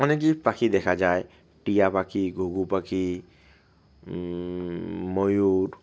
অনেকই পাখি দেখা যায় টিয়া পাখি ঘঘু পাখি ময়ূর